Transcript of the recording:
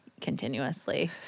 continuously